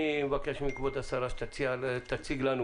אני מבקש מכבוד השרה שתציג לנו